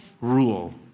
rule